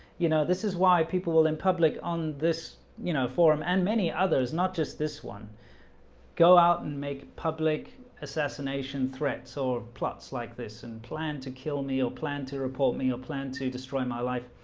you know, this is why people will in public on this, you know forum and many others not just this one go out and make public assassination threats or plots like this and plan to kill me or plan to report me your plan to destroy my life